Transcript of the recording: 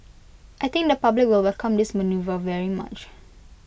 I think the public will welcome this manoeuvre very much